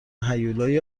هیولای